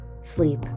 sleep